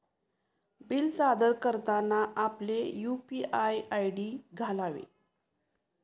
bill सादर करताना आपले यू.पी.आय आय.डी घालावे